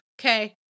Okay